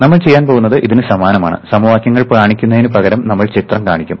നമ്മൾ ചെയ്യാൻ പോകുന്നത് ഇതിന് സമാനമാണ് സമവാക്യങ്ങൾ കാണിക്കുന്നതിനുപകരം നമ്മൾ ചിത്രം കാണിക്കും